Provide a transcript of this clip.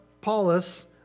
Paulus